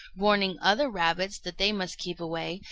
warning other rabbits that they must keep away,